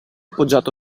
poggiato